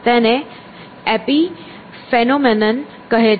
તેને એપિફેનોમેનન કહે છે